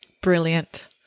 Brilliant